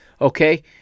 okay